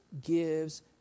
gives